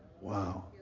Wow